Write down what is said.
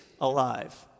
alive